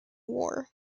war